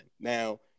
Now